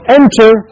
enter